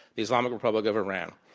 the islamic republic of iran,